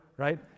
right